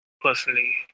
personally